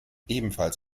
ebenfalls